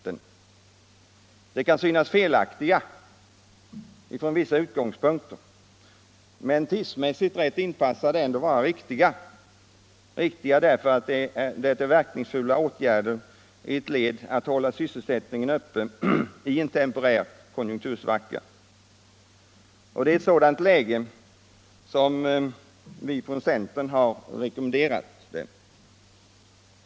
De åtgärderna kan synas felaktiga från vissa utgångspunkter men tidsmässigt rätt inpassade kan de ändå vara riktiga — riktiga därför att det är verkningsfulla åtgärder i ett led att hålla sysselsättningen uppe i en temporär konjunktursvacka. Det är i ett sådant läge som vi från centern har rekommenderat dem.